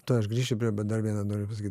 tuoj aš grįšiu prie bet dar vieną noriu pasakyt